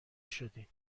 شدین